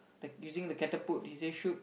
they using the catapult did they shoot